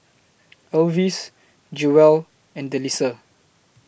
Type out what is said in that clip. Elvis Jewell and Delisa